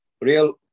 real